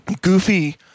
goofy